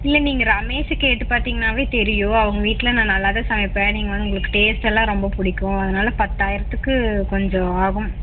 இல்லை நீங்கள் ரமேஷ் கேட்டு பார்த்திங்கனாவே தெரியும் அவங்க வீட்டில் நான் நல்லா தான் சமைப்பேன் நீங்கள் வந்து உங்களுக்கு டேஸ்ட் எல்லாம் ரெம்ப பிடிக்கும் அதனால பத்து ஆயிரத்துக்கு கொஞ்சம் ஆகும்